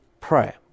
pray